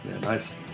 Nice